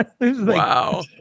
Wow